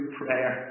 prayer